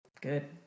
Good